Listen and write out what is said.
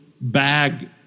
bag